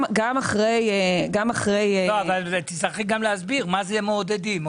לא, אבל תצטרכי גם להסביר, מה זה מעודדים.